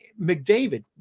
McDavid